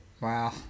Wow